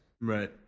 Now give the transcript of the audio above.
Right